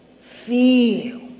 feel